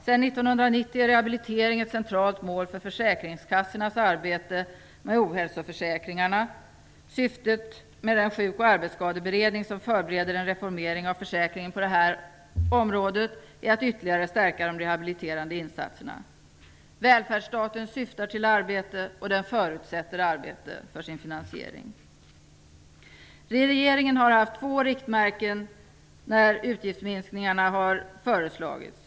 Sedan 1990 är rehabilitering ett centralt mål för försäkringskassornas arbete med ohälsoförsäkringarna. Syftet med den sjuk och arbetsskadeberedning som förbereder en reformering av försäkringen på detta område är att ytterligare stärka de rehabiliterande insatserna. Välfärdsstaten syftar till arbete, och den förutsätter arbete för sin finansiering. Regeringen har haft två riktmärken när utgiftsminskningarna har föreslagits.